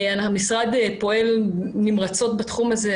המשרד פועל נמרצות בתחום הזה.